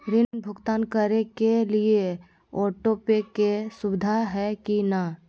ऋण भुगतान करे के लिए ऑटोपे के सुविधा है की न?